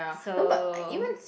so